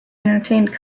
entertained